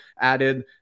added